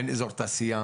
אין אזור תעשייה,